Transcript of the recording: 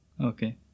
Okay